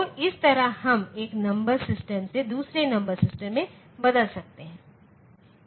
तो इस तरह हम एक नंबर सिस्टम से दूसरे नंबर सिस्टम में बदल सकते हैं